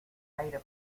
aire